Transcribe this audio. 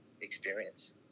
experience